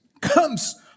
comes